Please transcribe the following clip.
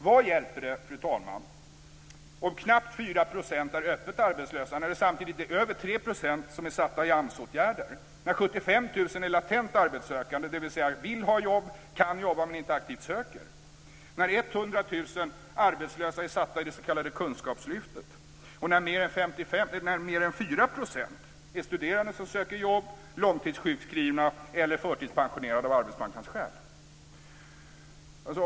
Vad hjälper det, fru talman, om knappt 4 % är öppet arbetslösa när samtidigt över 3 % är satta i AMS-åtgärder, när 75 000 är latent arbetssökande, dvs. vill ha jobb och kan jobba men inte söker aktivt, när 100 000 arbetslösa är satta i det s.k. kunskapslyftet och när mer än 4 % är studerande som söker jobb, långtidssjukskrivna eller förtidspensionerade av arbetsmarknadsskäl?